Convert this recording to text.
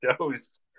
shows